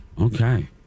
okay